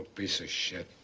piece of shit.